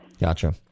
Gotcha